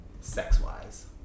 sex-wise